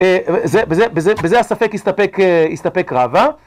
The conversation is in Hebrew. בזה הספק הסתפק רבא.